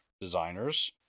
designers